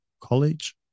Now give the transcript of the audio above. College